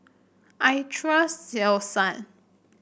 I trust Selsun